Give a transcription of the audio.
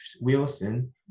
Wilson